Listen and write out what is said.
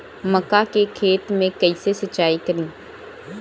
मका के खेत मे कैसे सिचाई करी?